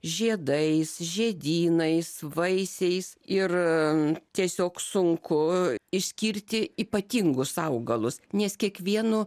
žiedais žiedynais vaisiais ir tiesiog sunku išskirti ypatingus augalus nes kiekvienu